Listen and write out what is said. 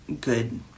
good